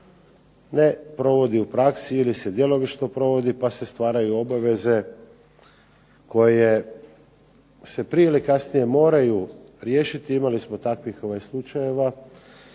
ne provodi u praksi ili se djelomično provodi pa se stvaraju obaveze koje se prije ili kasnije moraju riješiti. Imali smo takvih slučajeva